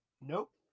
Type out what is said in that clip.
nope